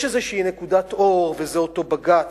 יש איזו נקודת אור, וזה אותו בג"ץ,